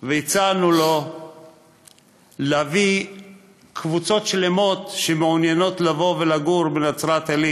והצענו לו להביא קבוצות שלמות שמעוניינות לבוא לגור בנצרת-עילית,